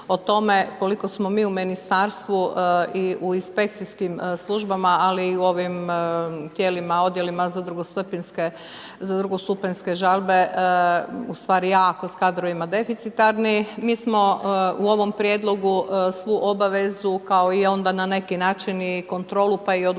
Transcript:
o tome koliko smo mi u Ministarstvu i u inspekcijskim službama, ali i u ovim tijelima, odjelima za drugostupanjske žalbe u stvari jako s kadrovima deficitarni. Mi smo u ovom Prijedlogu svu obavezu kao i onda na neki način i kontrolu, pa i odgovornost